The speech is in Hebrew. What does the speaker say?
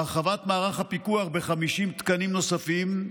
הרחבת מערך הפיקוח ב-50 תקנים נוספים,